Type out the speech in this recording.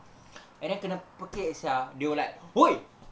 and then kena pekik sia they were like !oi! is you new like why